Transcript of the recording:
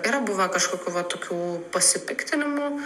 yra buvo kažkokių va tokių pasipiktinimu